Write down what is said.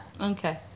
okay